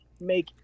make